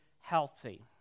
healthy